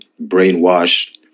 brainwashed